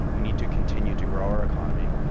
we need to continue to grow our economy.